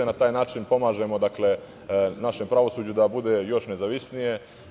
Na taj način pomažemo našem pravosuđu da bude još nezavisnije.